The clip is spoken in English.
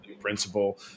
principle